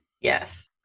Yes